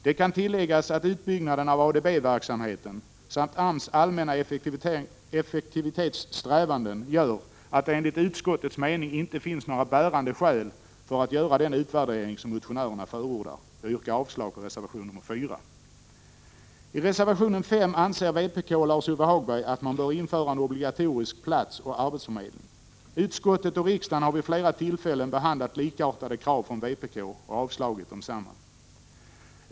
Det kan tilläggas att 159 utbyggnaden av ADB-verksamheten samt AMS allmänna effektivitetssträvanden gör att det enligt utskottets mening inte finns några bärande skäl för att göra den utvärdering som motionärerna förordar. Jag yrkar avslag på reservation 4. I reservation 5 anser Lars-Ove Hagberg att man bör införa en obligatorisk platsoch arbetsförmedling. Utskottet och riksdagen har vid flera tillfällen behandlat likartade krav från vpk och avvisat desamma.